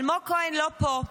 אלמוג כהן לא פה,